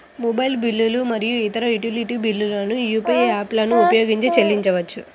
mobile బిల్లులు మరియు ఇతర యుటిలిటీ బిల్లులను యూ.పీ.ఐ యాప్లను ఉపయోగించి చెల్లించవచ్చు